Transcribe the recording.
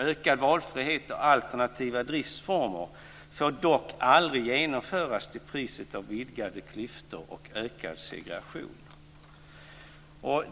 Ökad valfrihet och alternativa driftsformer får dock aldrig genomföras till priset av vidgade klyftor och ökad segregation.